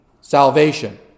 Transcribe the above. salvation